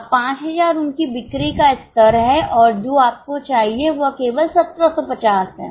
अब 5000 उनकी बिक्री का स्तर है और जो आपको चाहिए वह केवल 1750 है